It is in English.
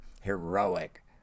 heroic